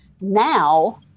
now